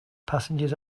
passengers